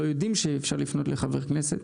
לא יודעים שאפשר לפנות לחבר כנסת,